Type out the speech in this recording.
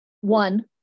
one